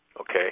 Okay